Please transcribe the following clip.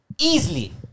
Easily